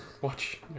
Watch